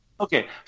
Okay